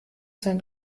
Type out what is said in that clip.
sein